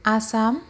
Assam